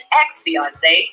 ex-fiance